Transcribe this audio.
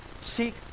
Seek